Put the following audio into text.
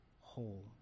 whole